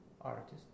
artist